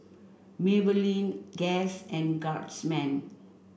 Maybelline Guess and Guardsman